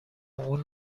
اون